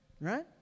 right